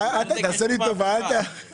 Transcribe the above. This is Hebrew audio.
דיקטטורה זה הכול אסור חוץ ממה שמותר.